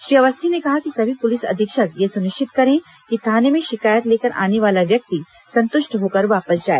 श्री अवस्थी ने कहा कि सभी पुलिस अधीक्षक यह सुनिश्चित करें कि थाने में शिकायत लेकर आने वाला व्यक्ति संतुष्ट होकर वापस जाए